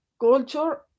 culture